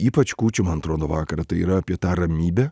ypač kūčių man atrodo vakarą tai yra apie tą ramybę